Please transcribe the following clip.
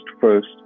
first